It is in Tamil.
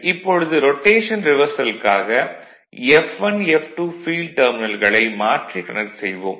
இப்பொழுது ரொடேஷன் ரிவர்சலுக்காக F1 F2 ஃபீல்டு டெர்மினல்களை மாற்றி கனெக்ட் செய்வோம்